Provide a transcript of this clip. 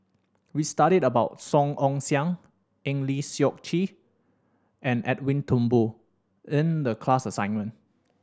we studied about Song Ong Siang Eng Lee Seok Chee and Edwin Thumboo in the class assignment